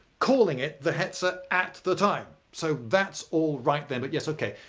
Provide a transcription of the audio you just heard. calling it the hetzer at the time. so that's all right then. but yes, okay,